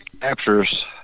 captures